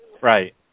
right